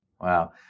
Wow